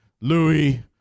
Louis